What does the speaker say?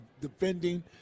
defending